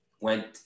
went